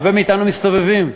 הרבה מאתנו מסתובבים,